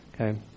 Okay